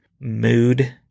mood